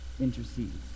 intercedes